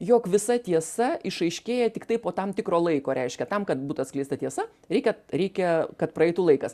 jog visa tiesa išaiškėja tiktai po tam tikro laiko reiškia tam kad būtų atskleista tiesa reikia reikia kad praeitų laikas